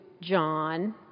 John